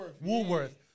Woolworth